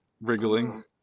wriggling